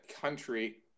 country